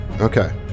Okay